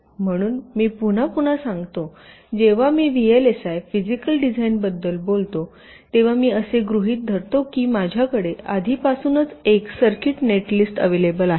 म्हणून मी पुन्हा पुन्हा सांगतो जेव्हा मी व्हीएलएसआय फिजीकल डिझाइनबद्दल बोलतो तेव्हा मी असे गृहित धरतो की माझ्याकडे आधीपासूनच एक सर्किट नेटलिस्ट अव्हेलेबल आहे